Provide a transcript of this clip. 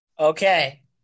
Okay